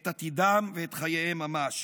את עתידם ואת חייהם ממש.